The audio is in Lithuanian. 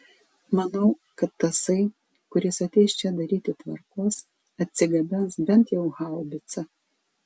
manau kad tasai kuris ateis čia daryti tvarkos atsigabens bent jau haubicą